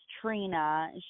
Trina